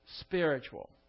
spiritual